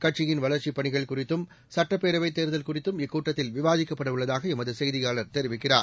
கட்சியின் வளர்ச்சிப் பணிகள் குறித்தும் சட்டப் பேரவைத் கேர்தல் குறித்தும் இக்கூட்டத்தில் விவாதிக்கப்படஉள்ளதாகஎமதுசெய்தியாளர் தெரிவிக்கிறார்